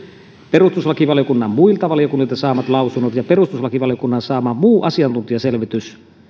perustuslakivaliokunnan muilta valiokunnilta saamat lausunnot ja perustuslakivaliokunnan saama muu asiantuntijaselvitys